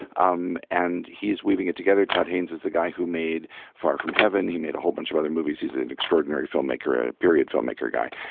um and he's weaving it together. todd haynes is the guy who made far from heaven. he made a whole bunch of other movies he's an extraordinary filmmaker ah period filmmaker guy.